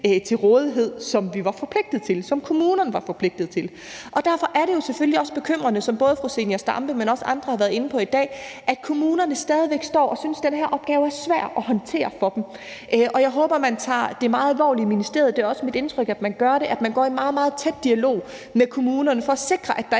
til rådighed, som vi var forpligtet til, som kommunerne var forpligtet til? Derfor er det jo selvfølgelig også bekymrende, som både fru Zenia Stampe, men også andre har været inde på i dag, at kommunerne stadig væk står og synes, at den her opgave er svær at håndtere for dem. Jeg håber, man tager det meget alvorligt i ministeriet. Det er også mit indtryk, at man gør det, og at man går i meget, meget tæt dialog med kommunerne for at sikre, at der